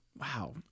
Wow